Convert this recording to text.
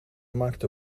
maakte